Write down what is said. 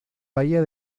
bahía